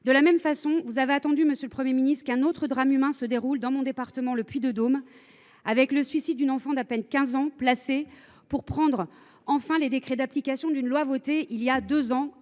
De la même façon, vous avez attendu, monsieur le Premier ministre, qu’un autre drame humain se déroule dans mon département, le Puy de Dôme, avec le suicide d’une enfant placée âgée d’à peine 15 ans, pour prendre enfin les décrets d’application d’une loi votée voilà deux ans.